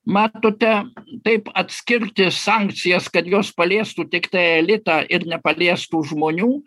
matote taip atskirti sankcijas kad jos paliestų tiktai elitą ir nepaliestų žmonių